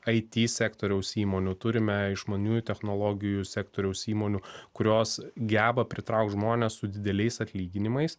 it sektoriaus įmonių turime išmaniųjų technologijų sektoriaus įmonių kurios geba pritraukt žmones su dideliais atlyginimais